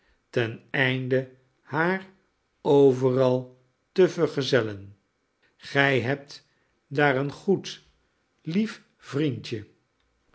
ten einde haar overal te vergezellen gij hebt daar een goed lief vriendje